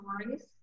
stories